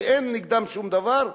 שאין נגדם שום דבר,